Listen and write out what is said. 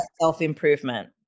self-improvement